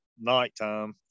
nighttime